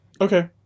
Okay